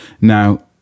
Now